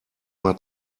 mal